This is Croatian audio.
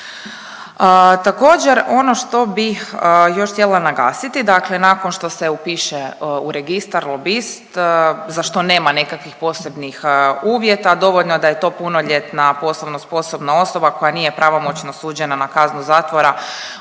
Također, ono što bih još htjela nagasiti, dakle nakon što se upiše u registar lobist, za što nema nekakvih posebnih uvjeta, dovoljno je da je to punoljetna poslovno sposobna osoba koja nije pravomoćno osuđena na kaznu zatvora